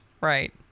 Right